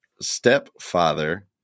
stepfather